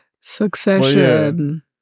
Succession